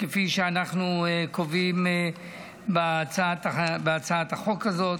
כפי שאנחנו קובעים בהצעת החוק הזאת.